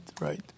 right